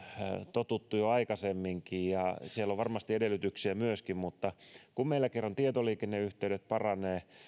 totuttu jo aikaisemminkin ja siellä on varmasti edellytyksiä myöskin mutta kun meillä kerran tietoliikenneyhteydet paranevat